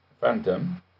Phantom